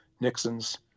Nixon's